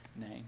name